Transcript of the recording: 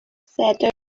said